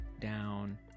down